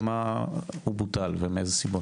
ומה בוטל ומאלו סיבות?